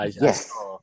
Yes